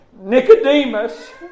Nicodemus